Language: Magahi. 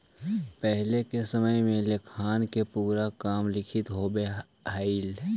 पहिले के समय में लेखांकन के पूरा काम लिखित होवऽ हलइ